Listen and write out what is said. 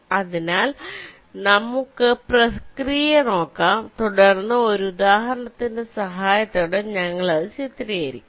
അതിനാൽ നമുക്ക് പ്രക്രിയ നോക്കാം തുടർന്ന് ഒരു ഉദാഹരണത്തിന്റെ സഹായത്തോടെ ഞങ്ങൾ അത് ചിത്രീകരിക്കും